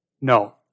No